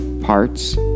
parts